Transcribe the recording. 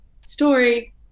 story